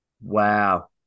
Wow